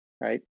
right